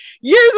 years